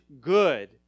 good